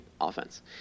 offense